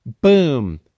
Boom